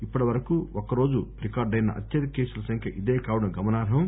ఇప్పటి వరకు ఒక్కరోజు రికార్డెన అత్యధిక కేసుల సంఖ్య ఇదే కావడం గమనార్హం